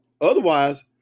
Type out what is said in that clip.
Otherwise